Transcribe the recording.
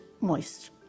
moist